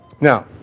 Now